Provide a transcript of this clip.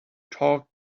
talk